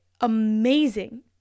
amazing